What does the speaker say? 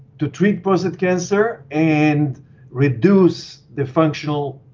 to treat prostate cancer and reduce the functional